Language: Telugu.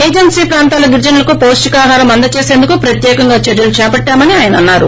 ఏజెన్సీ ప్రాంతాల గిరిజనులకు పాప్టికాహారం అందించేందుకు ప్రత్యేకంగా చర్యలు చేపట్టామని అన్నారు